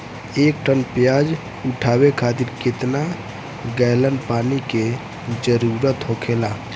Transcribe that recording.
एक टन प्याज उठावे खातिर केतना गैलन पानी के जरूरत होखेला?